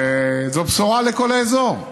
זו בשורה לכל האזור.